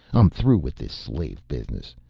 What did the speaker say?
i'm through with this slave business.